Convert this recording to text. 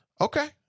Okay